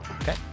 okay